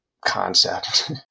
concept